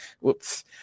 whoops